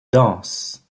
danse